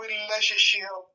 relationship